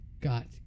got